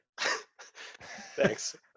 Thanks